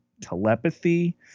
telepathy